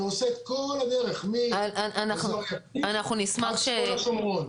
ועושה את כל הדרך מאזור יקיר עד צפון השומרון.